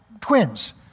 twins